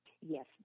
Yes